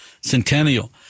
Centennial